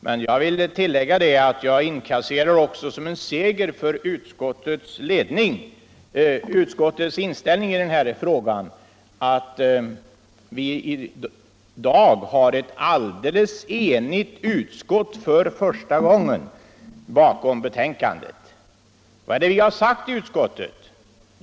Men jag vill tillägga att jag inkasserar som en seger för utskottet att vi i dag för första gången har ett alldeles enigt utskott bakom betänkandet. Vad är det vi har sagt i utskottet?